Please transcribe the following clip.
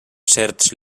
certs